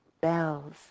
bells